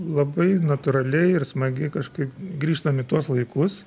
labai natūraliai ir smagiai kažkaip grįžtam į tuos laikus